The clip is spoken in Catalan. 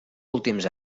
últims